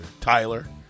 Tyler